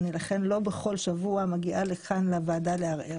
לכן לא בכל שבוע אני מגיעה לכאן לוועדה לערער